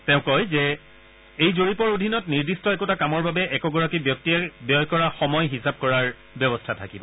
তেওঁ কয় যে এই জৰীপৰ অধীনত নিৰ্দিষ্ট একোটা কামৰ বাবে একোগৰাকী ব্যক্তিয়ে ব্যয় কৰা সময় হিচাপ কৰাৰ ব্যৱস্থা থাকিব